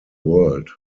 world